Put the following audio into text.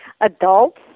adults